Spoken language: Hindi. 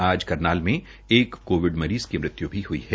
आज करनाल में एक कोविड मरीज़ की मृत्यु भी हुईु है